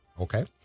Okay